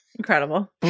incredible